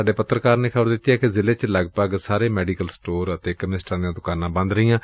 ਸਾਡੇ ਪੱਤਰਕਾਰ ਨੇ ਖ਼ਬਰ ਦਿੱਤੀ ਏ ਕਿ ਜ਼ਿਲ੍ਹੇ ਚ ਲਗਭਗ ਸਾਰੇ ਮੈਡੀਕਲ ਸਟੋਰ ਅਤੇ ਕੈਮਿਸਟਾਂ ਦੀਆਂ ਦੁਕਾਨਾਂ ਬੰਦ ਨੇ